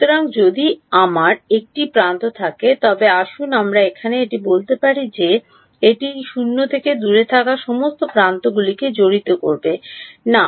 সুতরাং যদি আমার একটি প্রান্ত থাকে তবে আসুন আমরা এখানে এটি বলতে পারি যে এটি 0 থেকে দূরে থাকা সমস্ত প্রান্তগুলিকে জড়িত করবে না